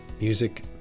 Music